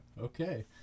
okay